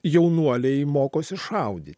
jaunuoliai mokosi šaudyti